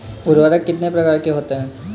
उर्वरक कितने प्रकार के होते हैं?